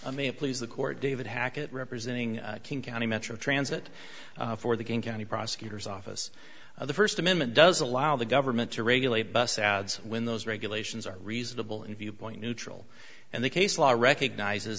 a please the court david hackett representing king county metro transit for the game county prosecutor's office the first amendment does allow the government to regulate bus ads when those regulations are reasonable and viewpoint neutral and the case law recognizes